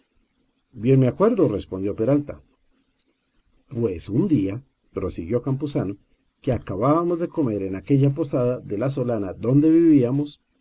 bien me acuerdo respondió peralta pues un día prosiguió campuzano que acabábamos de comer en aquella posada de la solana donde vivíamos